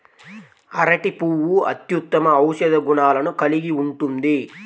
అరటి పువ్వు అత్యుత్తమ ఔషధ గుణాలను కలిగి ఉంటుంది